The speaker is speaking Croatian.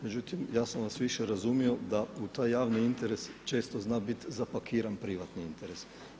Međutim ja sam vas više razumio da u taj javni interes često zna biti zapakiran privatni interes.